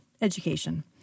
education